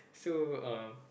so um